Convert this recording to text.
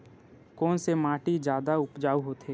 कोन से माटी जादा उपजाऊ होथे?